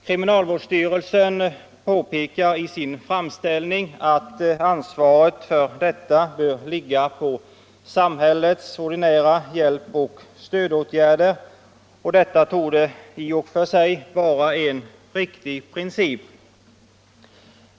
Kriminalvårdsstyrelsen påpekar i sin framställning att ansvaret för detta bör ligga på samhällets ordinära hjälpoch stödåtgärder, och detta torde i och för sig vara en riktig princip.